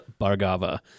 Bargava